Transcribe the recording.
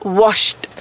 washed